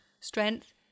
Strength